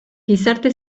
gizarte